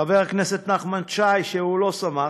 חבר הכנסת נחמן שי, שהוא לא שמח,